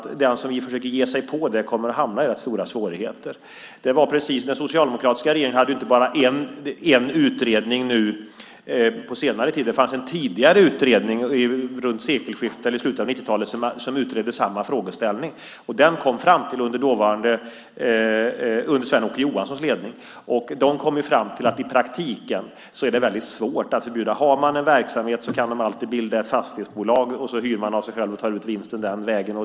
Den som försöker att ge sig på det kommer att hamna i rätt stora svårigheter. Den socialdemokratiska regeringen hade inte bara en utredning på senare tid. Det fanns en tidigare utredning i slutet av 90-talet som utredde samma frågeställning. Den utredningen under Sven-Åke Johanssons ledning kom fram till att det i praktiken är väldigt svårt att förbjuda det. Har man en verksamhet kan man alltid bilda ett fastighetsbolag, hyra av sig själv och ta ut vinsten den vägen.